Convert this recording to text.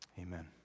Amen